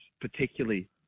particularly